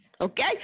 okay